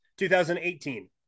2018